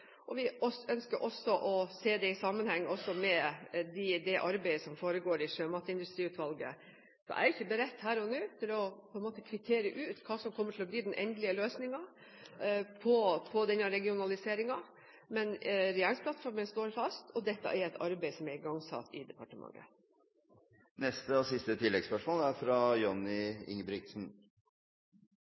Vi ønsker å se det i sammenheng også med det arbeidet som foregår i Sjømatindustriutvalget. Jeg er ikke beredt til her og nå å kvittere ut hva som kommer til å bli den endelige løsningen på denne regionaliseringen, men regjeringsplattformen står fast, og dette er et arbeid som er igangsatt i departementet. Johnny Ingebrigtsen – til neste og siste